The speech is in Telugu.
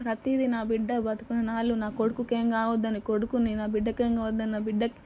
ప్రతిదీ నా బిడ్డ బ్రతికున్ననాళ్ళు నా కొడుకుకి ఏం కావద్దని కొడుకుని నా బిడ్డకి ఏమి కావద్దని నా బిడ్డకి